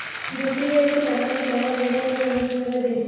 UPI তে পাঠানো টাকার বিবরণ আমি কিভাবে দেখবো?